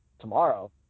tomorrow